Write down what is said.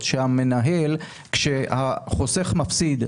כשהחוסך מפסיד,